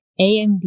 AMD